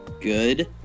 good